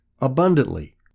abundantly